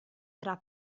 tra